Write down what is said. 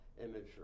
imagery